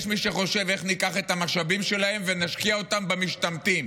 יש מי שחושב: איך ניקח את המשאבים שלהם ונשקיע אותם במשתמטים,